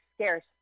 scarce